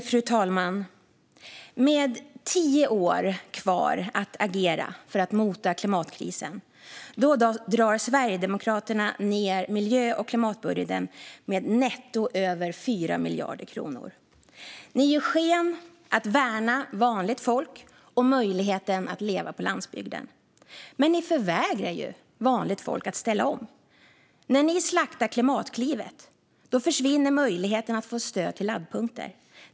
Fru talman! Med tio år kvar att agera för att mota klimatkrisen drar Sverigedemokraterna ned miljö och klimatbudgeten med netto över 4 miljarder kronor. Ni ger sken av att värna vanligt folk och möjligheten att leva på landsbygden, Martin Kinnunen, men ni förvägrar vanligt folk att ställa om. När ni slaktar Klimatklivet försvinner möjligheten att få stöd till laddpunkter.